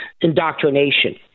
indoctrination